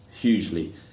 hugely